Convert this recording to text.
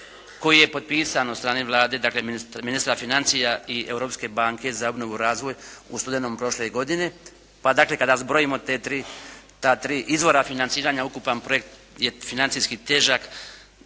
koji je potpisan od strane Vlade. Dakle od ministra financija i Europske banke za obnovu i razvoj u studenom prošle godine. Pa dakle kada zbrojimo te tri, ta tri izvora financiranja ukupan projekt je financijski težak